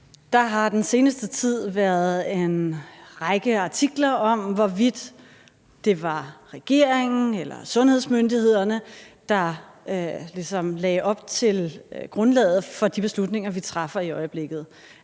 Der har den seneste tid været en række artikler om, hvorvidt det var regeringen eller sundhedsmyndighederne, der ligesom lagde op til grundlaget for de beslutninger, vi træffer i øjeblikket.